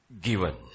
Given